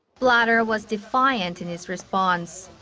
blatter was defiant in his response.